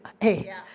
Hey